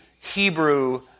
Hebrew